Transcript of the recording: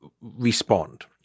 respond